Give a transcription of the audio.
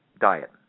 diet